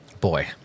Boy